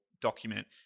document